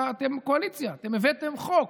אתם קואליציה, אתם הבאתם חוק.